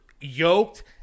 yoked